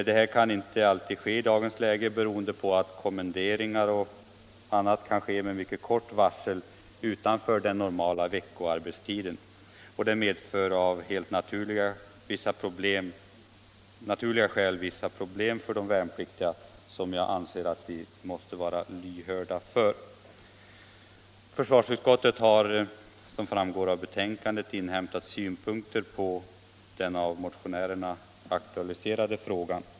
Detta är inte alltid möjligt i dagens läge beroende på att kommenderingar m.m. utanför den normala veckoarbetstiden kan utfärdas med mycket kort varsel, och detta medför av naturliga skäl vissa problem för de värnpliktiga, som jag anser att vi måste vara lyhörda för. Försvarsutskottet har som framgår av betänkandet inhämtat synpunkter på den av motionärerna aktualiserade frågan.